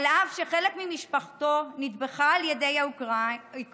אף שחלק ממשפחתו נטבחה על ידי האוקראינים,